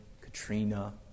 Katrina